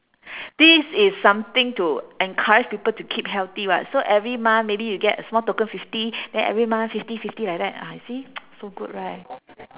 this is something to encourage people to keep healthy [what] so every month maybe you get a small token fifty then every month fifty fifty like that ah you see so good right